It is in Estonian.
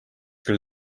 küll